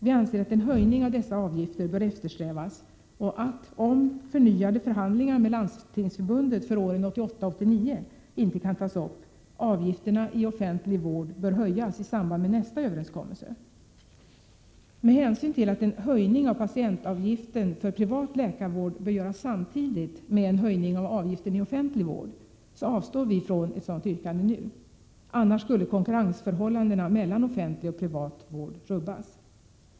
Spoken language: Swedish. Vi anser att en höjning av dessa avgifter bör eftersträvas och att — om förnyade förhandlingar med Landstingsförbundet för åren 1988 och 1989 inte kan tas upp - avgifterna i offentlig vård bör höjas i samband med nästa överenskommelse. Med hänsyn till att en höjning av patientavgifter för privat läkarvård bör göras samtidigt med en höjning av avgiften i offentlig vård, avstår vi från ett sådant yrkande nu. Annars skulle konkurrensförhållandena mellan offentlig och privat vård rubbas.